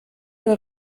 nur